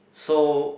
so